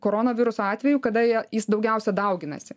koronaviruso atveju kada jie jis daugiausia dauginasi